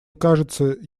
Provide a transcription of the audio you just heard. кажется